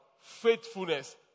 faithfulness